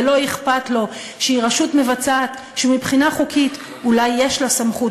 ולא אכפת לו שהיא רשות מבצעת שמבחינה חוקית אולי יש לה סמכות,